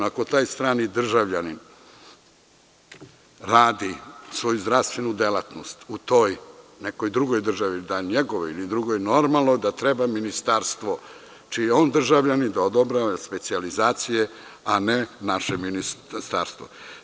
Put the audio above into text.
Ako taj strani državljanin radi svoju zdravstvenu delatnost u toj nekoj drugoj državi, normalno da treba ministarstvo, čiji je on državljanin, da odobrava specijalizacije, a ne naše ministarstvo.